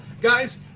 guys